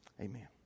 Amen